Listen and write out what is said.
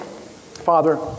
Father